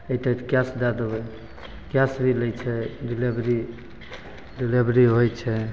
अएतै तऽ कैश दै देबै कैश भी लै छै डिलेवरी डिलेवरी होइ छै